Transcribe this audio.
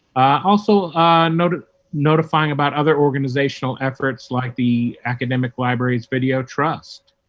also notifying notifying about other organizational efforts like the academic libraries video trust.